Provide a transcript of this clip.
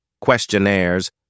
questionnaires